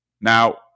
Now